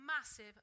massive